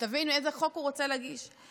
שתבין איזה חוק הוא רוצה להגיש: